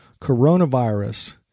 coronavirus